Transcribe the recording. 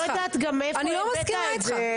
אני לא יודעת גם מאיפה הבאת את זה.